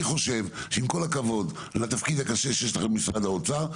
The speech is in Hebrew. אני חושב שעם כל הכבוד לתפקיד הקשה שיש לכם במשרד האוצר,